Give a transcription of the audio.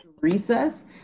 recess